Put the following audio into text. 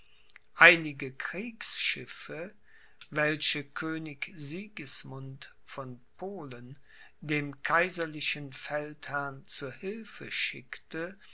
einige kriegsschiffe welche könig sigismund von polen dem kaiserlichen feldherrn zu hilfe schickte